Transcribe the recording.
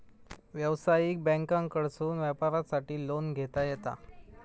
व्यवसायिक बँकांकडसून व्यापारासाठी लोन घेता येता